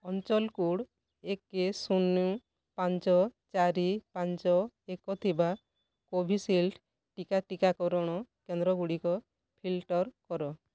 ଅଞ୍ଚଲ୍ କୋଡ଼୍ ଏକ ଶୂନ ପାଞ୍ଚ ଚାରି ପାଞ୍ଚ ଏକ ଥିବା କୋଭିଶିଲ୍ଡ଼୍ ଟୀକା ଟୀକାକରଣ କେନ୍ଦ୍ରଗୁଡ଼ିକ ଫିଲ୍ଟର୍ କର